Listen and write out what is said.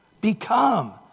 become